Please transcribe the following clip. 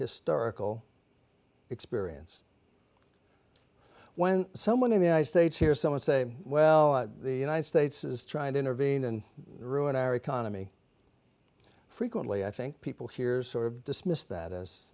historical experience when someone in the united states hear someone say well the united states is trying to intervene and ruin our economy frequently i think people here sort of dismiss that as